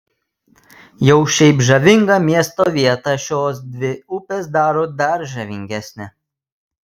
jau šiaip žavingą miesto vietą šios dvi upės daro dar žavingesnę